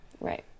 right